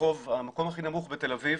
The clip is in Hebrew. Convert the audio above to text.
המקום הכי נמוך בתל אביב.